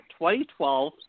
2012